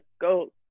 go